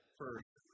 first